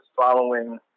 following